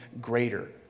greater